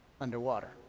underwater